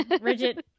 rigid